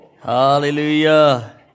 Hallelujah